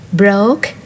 broke